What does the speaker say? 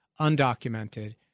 undocumented